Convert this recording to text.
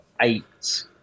eight